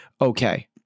okay